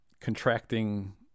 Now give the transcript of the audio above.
contracting